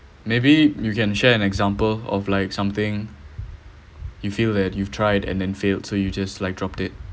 maybe you can share an example of like something you feel that you have tried and then failed so you just like dropped it